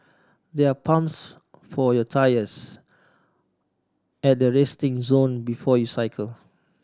there're pumps for your tyres at resting zone before you cycle